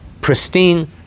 pristine